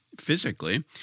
physically